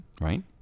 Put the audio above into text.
right